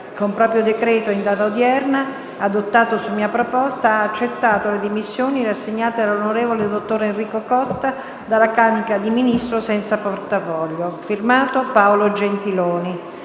con proprio decreto in data odierna, adottato su mia proposta, ha accettato le dimissioni rassegnate dall'on. dott. Enrico COSTA dalla carica di Ministro senza portafoglio. *F.to* Paolo GENTILONI».